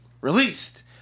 released